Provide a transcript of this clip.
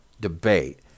debate